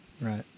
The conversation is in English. Right